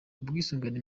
ubwisungane